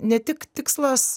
ne tik tikslas